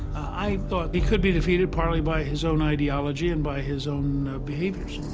i thought, he could be defeated partly by his own ideology and by his own behaviors.